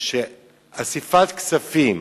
שאסיפת כספים